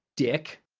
dick.